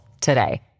today